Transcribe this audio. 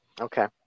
Okay